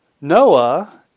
Noah